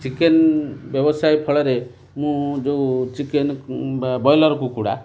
chicken ବ୍ୟବସାୟ ଫଳରେ ମୁଁ ଯେଉଁ ଚିକେନ୍ ବା ବ୍ରଏଲର୍ କୁକୁଡ଼ା